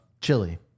Chili